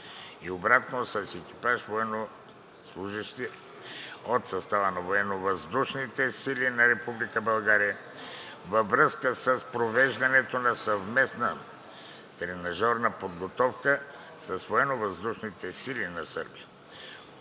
и обратно с екипаж военнослужещи от състава на Военновъздушните сили на Република България във връзка с провеждането на съвместна тренажорна подготовка с Военновъздушните сили на Сърбия.